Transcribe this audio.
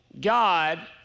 God